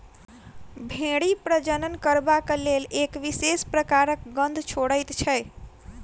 भेंड़ी प्रजनन करबाक लेल एक विशेष प्रकारक गंध छोड़ैत छै